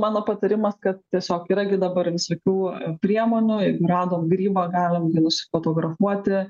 mano patarimas kad tiesiog yra gi dabar visokių priemonių jeigu radom grybą galim jį nusifotografuoti